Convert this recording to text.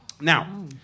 Now